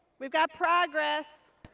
we got progress.